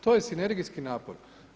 To je sinergijski napor.